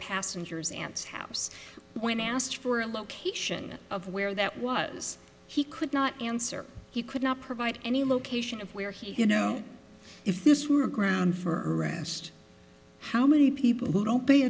passenger's aunt's house when asked for a location of where that was he could not answer he could not provide any location of where he who know if this were a ground for arrest how many people who don't pay